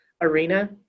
arena